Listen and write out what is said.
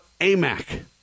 AMAC